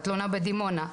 תלונה בדימונה,